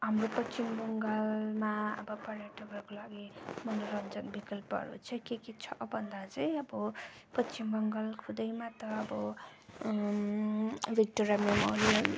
हाम्रो पश्चिम बङ्गालमा अब पर्यटकहरूको लागि मनोरञ्जन विकल्पहरू चाहिँ के के छ भन्दा चाहिँ अब पश्चिम बङ्गाल खुदैमा त अब भिक्टोरिया मेमोरियल